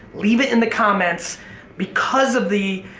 leave it in the comments because of the